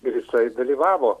ir jisai dalyvavo